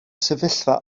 sefyllfa